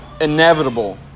inevitable